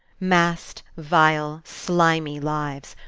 massed, vile, slimy lives,